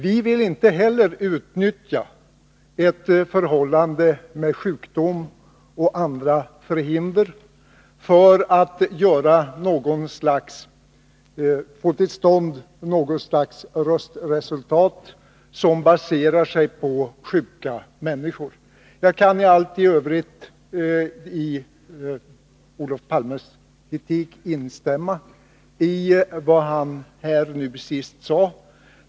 Vi vill inte heller utnyttja ett förhållande med sjukdom och andra förhinder för att få till stånd något slags röstningsresultat som baserar sig på att människor är sjuka. I övrigt kan jag instämma i Olof Palmes kritik och i vad han sade sist.